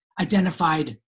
identified